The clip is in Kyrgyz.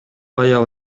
аял